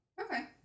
Okay